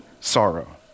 sorrow